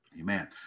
Amen